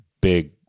big